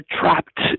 trapped